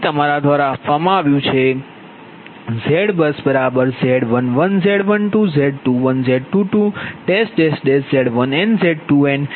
તે તમારા દ્વારા આપવામાં આવ્યું છેZBUSZ11 Z12 Z21 Z22 Z1n Z2n Zn1 Zn2 Znn